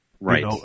Right